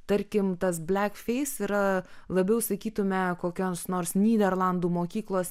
tarkim tas black face yra labiau sakytumėme kokioms nors nyderlandų mokyklos